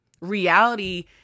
reality